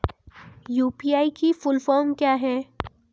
UPI की full form क्या है?